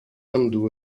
undo